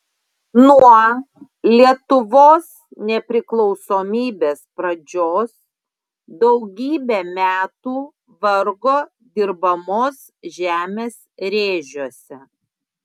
nuo lietuvos nepriklausomybės pradžios daugybę metų vargo dirbamos žemės rėžiuose